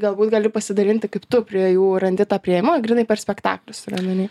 galbūt gali pasidalinti kaip tu prie jų randi tą priėjimą grynai per spektaklius turiu omeny